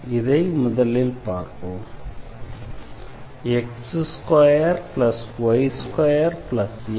இதை முதலில் பார்ப்போம் x2y2xdxxydy0